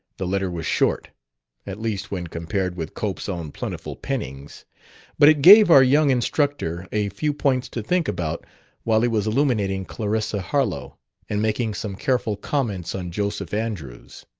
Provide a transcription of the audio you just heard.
the letter was short at least when compared with cope's own plentiful pennings but it gave our young instructor a few points to think about while he was illuminating clarissa harlowe and making some careful comments on joseph andrews.